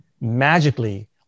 magically